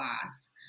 class